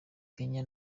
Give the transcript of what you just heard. kenya